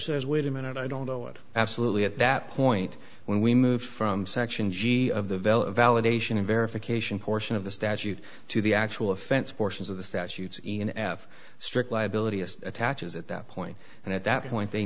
says wait a minute i don't know it absolutely at that point when we moved from section g of the velo validation of verification portion of the statute to the actual offense portions of the statutes in af strict liability as attaches at that point and at that